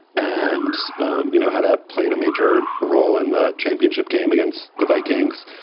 and you know how that played a major role in the championship game against the vikings.